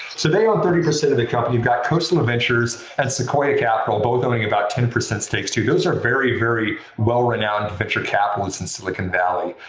they own thirty percent of the company. you've got khosla ventures and sequoia capital both owning about ten percent stakes. those are very, very well-renowned venture capitalists in silicon valley.